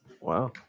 Wow